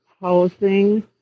housing